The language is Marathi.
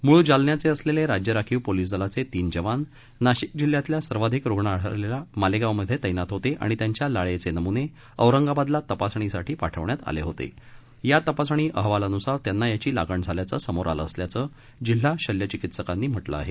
मूळ जालन्याचे असलेले राज्य राखीव पोलिस दलाये तीन जवान नाशिक जिल्ह्यातील सर्वाधिक रुण आढळलेल्या मालेगावमध्ये तैनात होते आणि त्यांच्या लाळेघे नमुने औरंगाबादला तपासणीसाठी पाठवण्यात आले होते त्या तपासणी अहवालानुसार त्यांना याची लागण झाल्याचं समोर आलं असल्याचं जिल्हा शल्य चिकित्सकांनी म्हटलं आहे